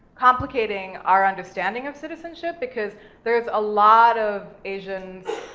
complicating our understanding of citizenship, because there's a lot of asians,